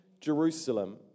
Jerusalem